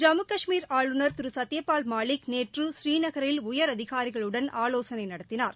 ஜம்மு கஷ்மீர் ஆளுநர் திரு சத்தியபால் மாலிக் நேற்று பூநீநகரில் உயரதிகாரிகளுடன் ஆலோசனை நடத்தினார்